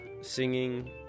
singing